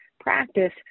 practice